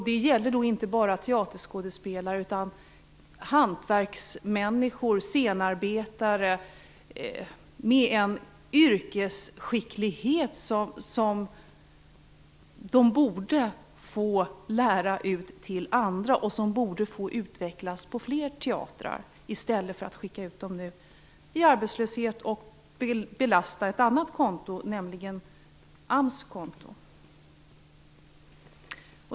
Det gäller inte bara teaterskådespelare utan även hantverksmänniskor, scenarbetare, med en yrkesskicklighet som de borde få lära ut till andra och som borde få utvecklas på fler teatrar i stället för att de skall skickas ut i arbetslöshet och komma att belasta ett annat konto, nämligen AMS.